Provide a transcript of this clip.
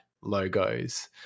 logos